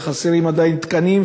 וחסרים עדיין תקנים,